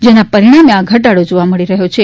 જેના પરિણામે આ ઘટાડો જોવા મળી રહ્યો છે